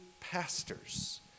pastors